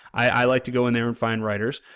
i like to go in there and find writers,